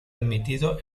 admitido